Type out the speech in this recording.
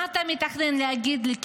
מה אתה מתכנן להגיד לי,